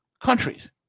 countries